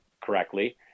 correctly